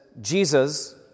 Jesus